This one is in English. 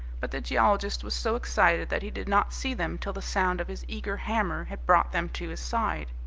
but the geologist was so excited that he did not see them till the sound of his eager hammer had brought them to his side.